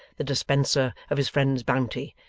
the dispenser of his friend's bounty,